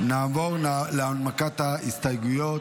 נעבור להנמקת ההסתייגויות.